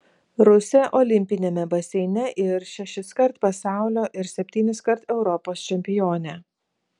rusė olimpiniame baseine ir šešiskart pasaulio ir septyniskart europos čempionė